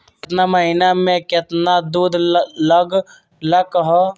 केतना महीना में कितना शुध लग लक ह?